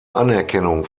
anerkennung